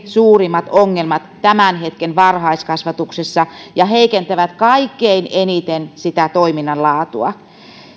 suurimmat ongelmat tämän hetken varhaiskasvatuksessa ja heikentävät kaikkein eniten sitä toiminnan laatua